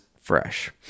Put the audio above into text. fresh